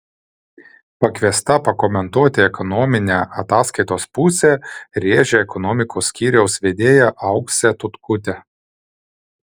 pakviesta pakomentuoti ekonominę ataskaitos pusę rėžė ekonomikos skyriaus vedėja auksė tutkutė